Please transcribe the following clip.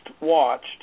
watched